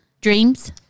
Dreams